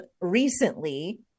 recently